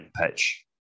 pitch